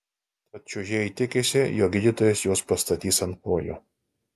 tad čiuožėjai tikisi jog gydytojas juos pastatys ant kojų